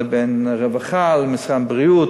לבין הרווחה,